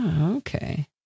okay